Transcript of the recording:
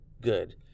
good